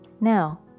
Now